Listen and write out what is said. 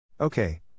Okay